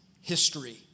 history